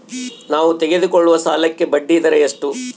ನಾವು ತೆಗೆದುಕೊಳ್ಳುವ ಸಾಲಕ್ಕೆ ಬಡ್ಡಿದರ ಎಷ್ಟು?